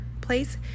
place